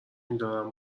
میدارم